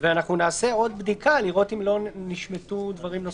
נעשה עוד בדיקה לראות אם לא נשמטו דברים נוספים.